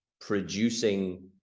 producing